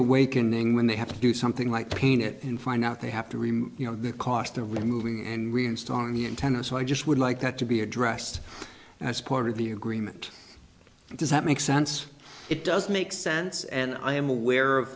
awakening when they have to do something like peanut and find out they have to remove the cost of moving and reinstalling the antenna so i just would like that to be addressed as part of the agreement does that make sense it does make sense and i am aware of